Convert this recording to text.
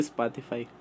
Spotify